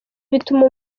bituma